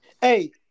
Hey